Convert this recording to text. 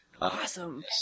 Awesome